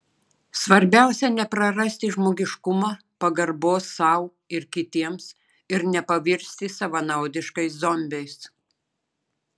svarbiausia neprarasti žmogiškumo pagarbos sau ir kitiems ir nepavirsti savanaudiškais zombiais